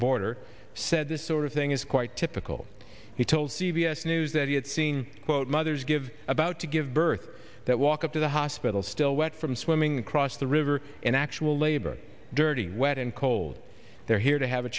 border said this sort of thing is quite typical he told c b s news that he had seen quote mothers give about to give birth that walk up to the hospital still wet from swimming across the river in actual labor dirty wet and cold they're here to have a